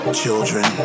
children